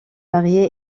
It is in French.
marié